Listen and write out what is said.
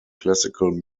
classical